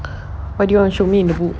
what do you want show me in the book